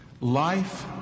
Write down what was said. life